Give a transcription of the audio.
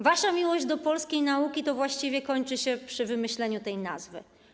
Wasza miłość do polskiej nauki właściwie kończy się przy wymyśleniu tej nazwy.